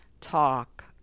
talk